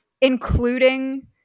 including